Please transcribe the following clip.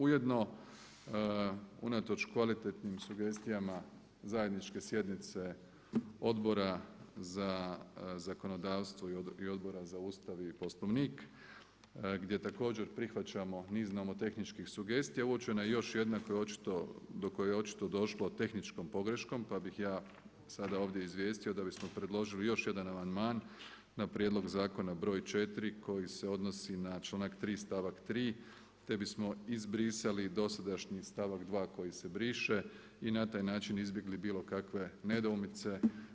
Ujedno unatoč kvalitetnim sugestijama zajedničke sjednice Odbora za zakonodavstvo i Odbora za Ustav i Poslovnik gdje također prihvaćamo niz nomotehničkih sugestija uočena je još jedna do koje je očito došlo tehničkom pogreškom pa bih ja sada ovdje izvijestio da bismo predložili još jedan amandman na prijedlog zakona br. 4. koji se odnosi na članak 3., stavak 3. te bismo izbrisali dosadašnji stavak 2. koji se briše i na taj način izbjegli bilo kakve nedoumice.